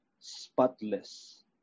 spotless